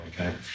okay